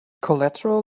collateral